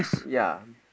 ya